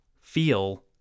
feel